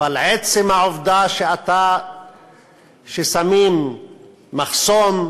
אבל עצם העובדה ששמים מחסום,